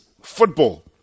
football